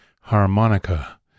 harmonica